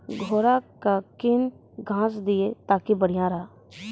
घोड़ा का केन घास दिए ताकि बढ़िया रहा?